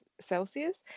Celsius